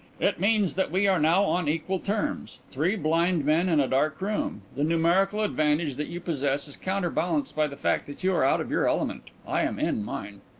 it means that we are now on equal terms three blind men in a dark room. the numerical advantage that you possess is counterbalanced by the fact that you are out of your element i am in mine.